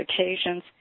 occasions